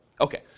Okay